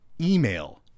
email